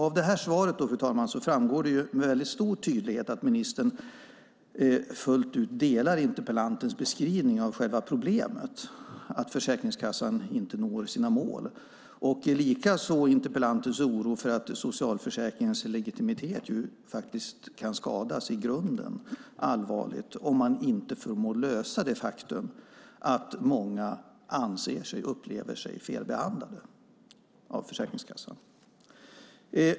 Av svaret framgår det med stor tydlighet att ministern fullt ut delar interpellantens beskrivning av själva problemet, nämligen att Försäkringskassan inte når sina mål. Ministern delar likaså interpellantens oro för att socialförsäkringens legitimitet allvarligt kan skadas i grunden om man inte förmår lösa det faktum att många anser sig och upplever sig felbehandlade av Försäkringskassan.